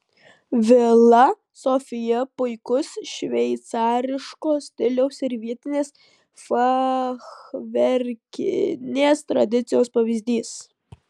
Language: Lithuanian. vila sofija puikus šveicariško stiliaus ir vietinės fachverkinės tradicijos pavyzdys